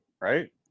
right